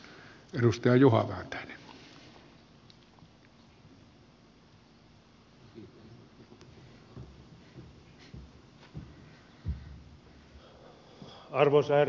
arvoisa herra puhemies